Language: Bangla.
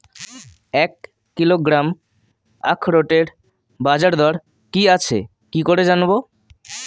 এক কিলোগ্রাম আখরোটের বাজারদর কি আছে কি করে জানবো?